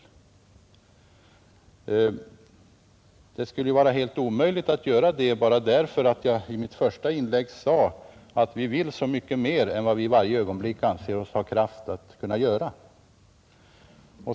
Det skulle ju vara helt omöjligt att göra det inte minst därför att jag i mitt första inlägg sade att vi vill så mycket mer än vad vi i varje ögonblick anser oss ha möjligheter till.